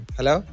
Hello